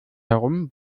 herum